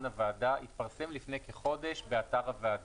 הוועדה התפרסם לפני כחודש באתר הוועדה.